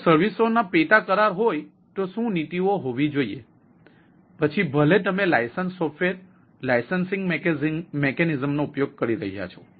જો સર્વિસઓનો પેટા કરાર હોય તો શું નીતિઓ હોવી જોઈએ પછી ભલે તમે લાઇસન્સ સોફ્ટવેર લાઇસન્સિંગ મિકેનિઝમ નો ઉપયોગ કરી કરી રહ્યા છે